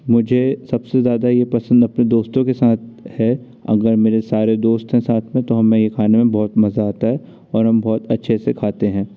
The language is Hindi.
मुझे सबसे ज़्यादा ये पसंद अपने दोस्तों के साथ है अगर मेरे सारे दोस्त हैं साथ में तो हमें ये खाने में बहुत मज़ा आता है और हम बहुत अच्छे से खाते हैं